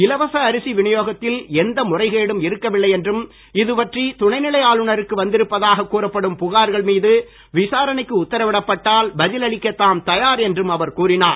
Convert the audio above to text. இலவச அரிசி விநியோகத்தில் எந்த முறைகேடும் இருக்கவில்லை என்றும் இதுபற்றி துணை நிலை ஆளுநருக்கு வந்திருப்பதாக கூறப்படும் புகார்கள் மீது விசாரணைக்கு உத்தரவிடப்பட்டால் பதில் அளிக்க தாம் தயார் என்றும் அவர் கூறினார்